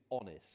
honest